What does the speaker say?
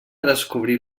descobrir